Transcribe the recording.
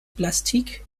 plastik